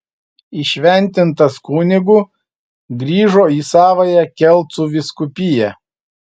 įšventintas kunigu grįžo į savąją kelcų vyskupiją